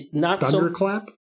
Thunderclap